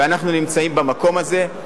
ואנחנו נמצאים במקום הזה.